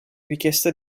richieste